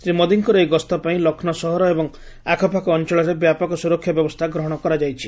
ଶ୍ରୀ ମୋଦିଙ୍କର ଏହି ଗସ୍ତ ପାଇଁ ଲକ୍ଷ୍ମୌ ସହର ଏବଂ ଆଖପାଖ ଅଞ୍ଚଳରେ ବ୍ୟାପକ ସୁରକ୍ଷା ବ୍ୟବସ୍ଥା ଗ୍ରହଣ କରାଯାଇଛି